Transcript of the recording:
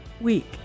week